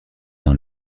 dans